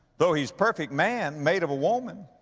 though he's perfect man made of a woman,